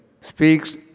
speaks